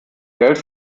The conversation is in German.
geld